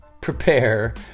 prepare